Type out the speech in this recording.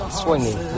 swinging